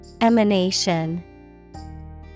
Emanation